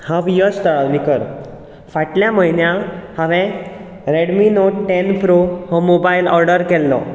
हांव यश ताळावळीकर फाटल्या म्हयन्याक हांवें रेडमी नोट टॅन प्रो हो मोबायल ऑर्डर केल्लो